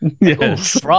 Yes